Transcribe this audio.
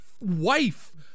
wife